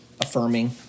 affirming